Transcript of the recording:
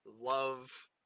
love